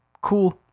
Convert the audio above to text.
cool